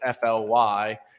fly